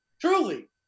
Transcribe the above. Truly